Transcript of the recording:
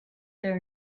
their